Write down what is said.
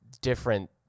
different